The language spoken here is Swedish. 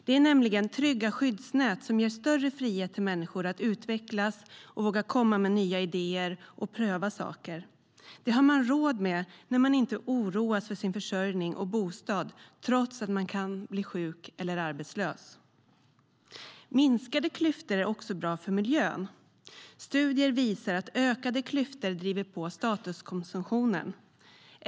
Det är nämligen trygga skyddsnät som ger större frihet till människor att utvecklas och våga komma med nya idéer och pröva saker. Det har man råd med när man inte oroas för sin försörjning och bostad trots att man kan bli sjuk eller arbetslös. Minskade klyftor är också bra för miljön. Studier visar att ökade klyftor driver på statuskonsumtionen.